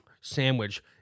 sandwich